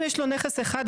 אם יש לו נכס אחד,